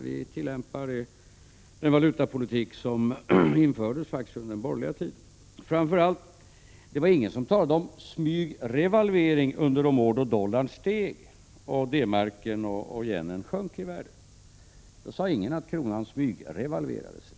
Vi tillämpar den valutapolitik som faktiskt infördes under den borgerliga tiden. Och framför allt var det ingen som talade om smygrevalvering under de år då dollarn steg och D-Marken och yenen sjönk i värde. Då sade ingen att kronan smygrevalverades.